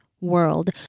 world